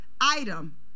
item